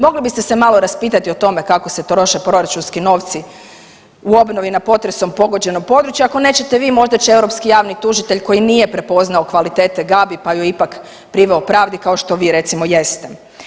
Mogli biste se malo raspitati o tome kako se troše proračunski novci u obnovi na potresom pogođenom području, ako nećete vi možda će europski javni tužitelj koji nije prepoznao kvalitete Gabi pa ju je ipak priveo pravdi kao što vi recimo jeste.